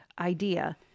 idea